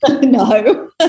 No